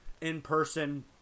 in-person